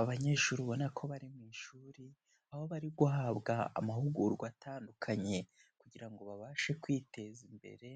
Abanyeshuri ubona ko bari mu ishuri, aho bari guhabwa amahugurwa atandukanye kugira ngo babashe kwiteza imbere,